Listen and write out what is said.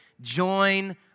Join